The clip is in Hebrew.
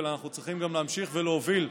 אלא אנחנו צריכים גם להמשיך ולהוביל,